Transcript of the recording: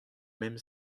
même